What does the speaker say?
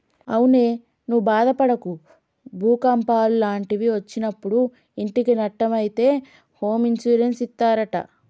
అవునే నువ్వు బాదపడకు భూకంపాలు లాంటివి ఒచ్చినప్పుడు ఇంటికి నట్టం అయితే హోమ్ ఇన్సూరెన్స్ ఇస్తారట